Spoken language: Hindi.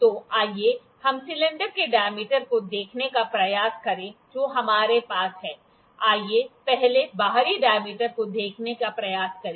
तो आइए हम सिलेंडर के डायमीटर को देखने का प्रयास करें जो हमारे पास है आइए पहले बाहरी डायमीटर को देखने का प्रयास करें